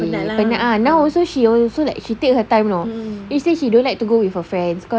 she penat ah now also she also take her time know she say she don't like to go with her friends